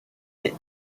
est